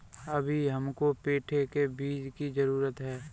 अभी हमको पेठे के बीज की जरूरत होगी